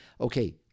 Okay